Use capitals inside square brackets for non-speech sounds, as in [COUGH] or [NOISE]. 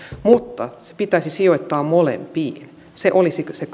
mutta se pitäisi sijoittaa molempiin se olisi kyllä se [UNINTELLIGIBLE]